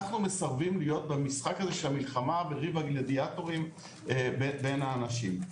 אנחנו מסרבים להיות במשחק הזה של המלחמה וריב הגלדיאטורים בין האנשים.